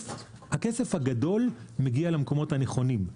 הכסף הגדול מגיע למקומות הנכונים,